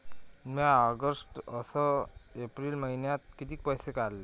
म्या ऑगस्ट अस एप्रिल मइन्यात कितीक पैसे काढले?